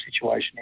situation